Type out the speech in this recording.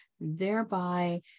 thereby